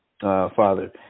Father